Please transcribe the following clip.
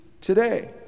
today